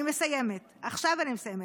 אני מסיימת, עכשיו אני מסיימת.